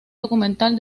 documental